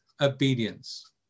obedience